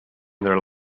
their